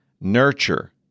Nurture